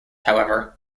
however